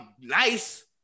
nice